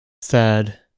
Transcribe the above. Sad